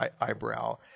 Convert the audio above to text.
eyebrow